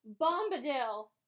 Bombadil